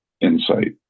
insight